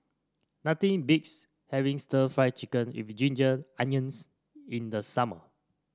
nothing beats having stir Fry Chicken with Ginger Onions in the summer